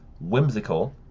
Whimsical